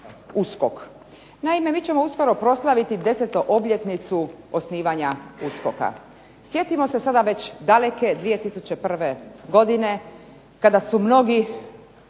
Naime mi ćemo uskoro proslaviti 10-obljetnicu osnivanja USKOK-a. Sjetimo se sada već daleke 2001. godine kada su mnogi